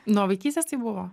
nuo vaikystės tai buvo